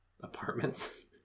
apartments